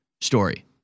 story